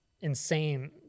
insane